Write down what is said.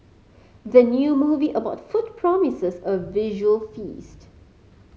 the new movie about food promises a visual feast